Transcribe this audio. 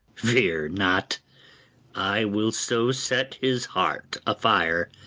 fear not i will so set his heart a-fire,